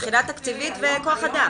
מבחינה תקציבית וכוח אדם.